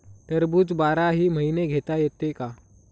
टरबूज बाराही महिने घेता येते का?